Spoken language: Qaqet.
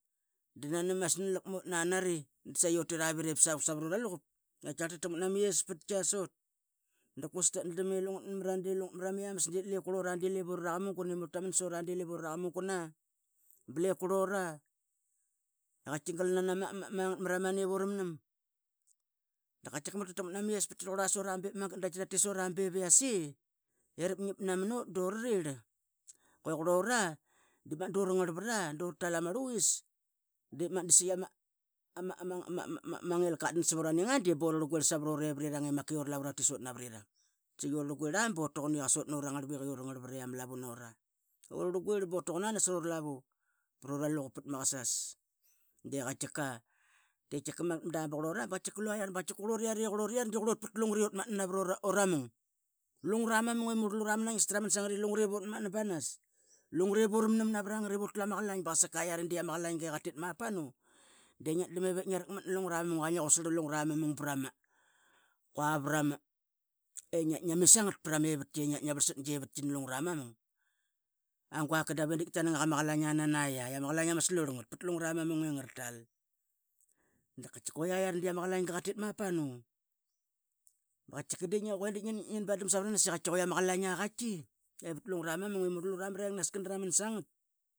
Da nani masna lakmut nanari da saiyi utit avit ip savuk ravru ra luqup. Qatkiaqarl ta taqmat Ma yespetqia sut dap quasik tatdrlam i lungut mara di lungut mara miames dip le qurlura di lep ura raqa mugun i murl ta man sut di lep ura raqa mugun a blep qulura. Qatki galnana mangat marani ivu ramnam. Dap qatkiqa murl ta taqmat na ma yespatqa sut bep magat da qatki ra tit sat be viase. Da rapngiang namanut durirl que qurlura durangar vat de magat due ratal ama rluis dep magat da saiyi ama ngilqa qat dan sap ura ninga di bu rurlguirla savru revrirang i makai ura lavu ra tit sut navrirang da saiyi ururlguirl bu tuqun nasru ra lavu pru ra luqup prat ma Kasas di qatkika. Mada ba qurlura ba qatkiqa bluaiara i qurlu i qurluriara pat lumgra ma mun. Lumgra ma mung imurl ma naingista i lungra ip uratmatna banas lungra ip uramnam navra ngat ip urutlu am qlaing. Ba qasakaiara di ama qlainga i qa tit mapanu bev ip ngia raqmat na lungra ma mung i qua ngia qutsarl qua pra ma e ngla mit sangat pra ma mevatqi i ngia varlsat gia vatqi lungara ma mung. A guaka dave de ngia tanang aqa ma qlaing a nanaia lama qlaing ama slurl ngat pat lungra ma mung i murl ma rengnas qana raman sangat.